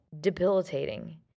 debilitating